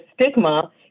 stigma